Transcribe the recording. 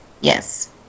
Yes